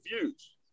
views